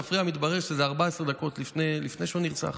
למפרע מתברר שזה 14 דקות לפני שהוא נרצח.